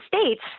States